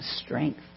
strength